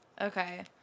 Okay